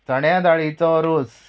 चण्या दाळीचो रोस